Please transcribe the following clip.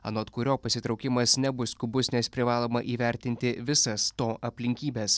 anot kurio pasitraukimas nebus skubus nes privaloma įvertinti visas to aplinkybes